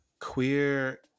queer